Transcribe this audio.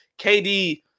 KD